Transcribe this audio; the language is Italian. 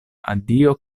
addio